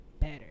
better